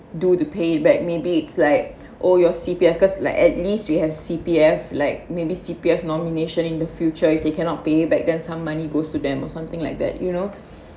due to pay back maybe it's like all your C_P_F cause like at least we have C_P_F like maybe C_P_F nomination in the future if you cannot pay back then some money goes to them or something like that you know